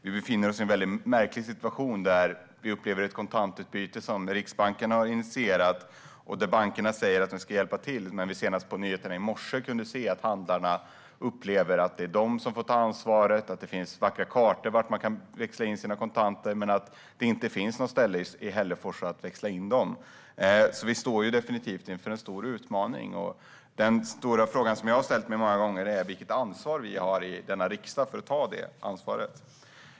Vi befinner oss i en märklig situation, där vi upplever ett kontantbyte som Riksbanken har initierat och som bankerna säger att de ska hjälpa till med. Men senast i morse kunde vi i nyhetsinslagen se att handlarna upplever att det är de som får ta ansvaret. Det finns vackra kartor som visar var man kan växla in sina kontanter, men det finns exempelvis inget ställe i Hällefors där de kan växlas in. Vi står definitivt inför en stor utmaning. Den stora fråga jag har ställt mig många gånger är vilket ansvar vi här i riksdagen har.